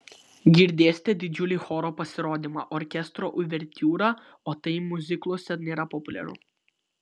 girdėsite didžiulį choro pasirodymą orkestro uvertiūrą o tai miuzikluose nėra populiaru